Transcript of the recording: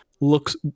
looks